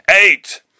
Eight